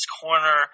corner